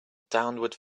downward